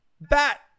bat